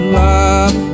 love